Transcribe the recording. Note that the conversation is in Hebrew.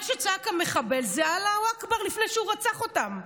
מה שצעק המחבל זה "אללה אכבר" לפני שהוא רצח אותם.